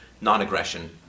non-aggression